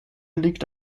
liegt